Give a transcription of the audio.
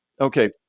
okay